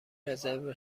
رزرو